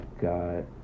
God